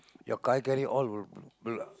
your all will